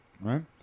right